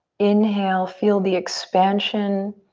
inhale, feel the expansion.